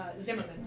Zimmerman